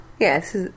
Yes